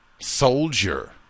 soldier